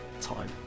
time